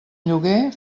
lloguer